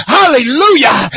hallelujah